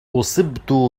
أصبت